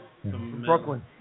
Brooklyn